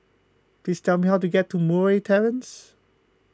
please tell me how to get to Murray Terrace